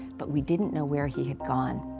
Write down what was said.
but we didn't know where he had gone.